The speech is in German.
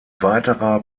weiterer